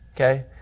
Okay